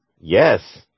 Yes